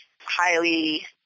highly